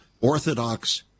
Orthodox